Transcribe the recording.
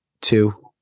two